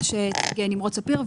שהציג נמרוד ספיר,